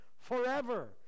forever